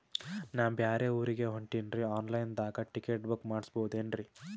ನಾ ಬ್ಯಾರೆ ಊರಿಗೆ ಹೊಂಟಿನ್ರಿ ಆನ್ ಲೈನ್ ದಾಗ ಟಿಕೆಟ ಬುಕ್ಕ ಮಾಡಸ್ಬೋದೇನ್ರಿ?